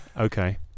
Okay